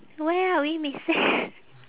where are we missing